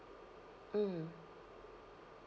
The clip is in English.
mm